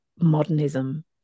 modernism